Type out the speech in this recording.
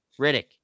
Riddick